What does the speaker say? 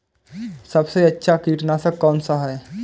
सबसे अच्छा कीटनाशक कौनसा है?